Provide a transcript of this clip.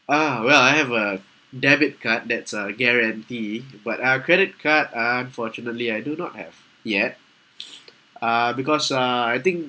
ah well I have a debit card that's a guarantee but ah credit card unfortunately I do not have yet uh because uh I think